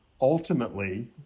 ultimately